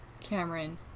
cameron